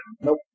Nope